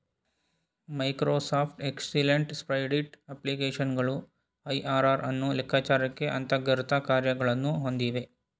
Microsoft excellent spreadsheet ಅಪ್ಲಿಕೇಶನ್ಗಳು IRR ಅನ್ನು ಲೆಕ್ಕಚಾರಕ್ಕೆ ಅಂತರ್ಗತ ಕಾರ್ಯಗಳನ್ನು ಹೊಂದಿವೆ